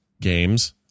Games